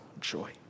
joy